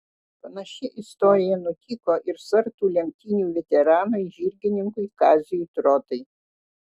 panaši istorija nutiko ir sartų lenktynių veteranui žirgininkui kaziui trotai